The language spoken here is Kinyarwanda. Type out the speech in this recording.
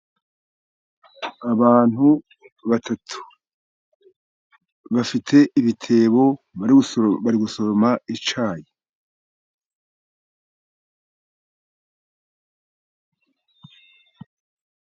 Abantu batatu bafite ibitebo, bari gusoroma icyayi.